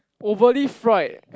overly fried